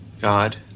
God